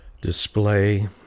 display